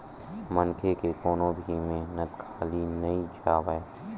मनखे के कोनो भी मेहनत खाली नइ जावय